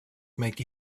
make